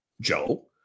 Joe